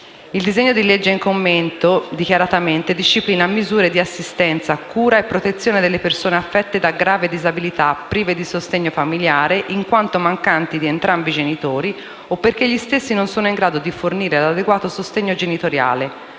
Il disegno dì legge in esame dichiaratamente disciplina misure di assistenza, cura e protezione delle persone affette da grave disabilita prive di sostegno familiare in quanto mancanti di entrambi ì genitori o perché gli stessi non sono in grado di fornire l'adeguato sostegno genitoriale,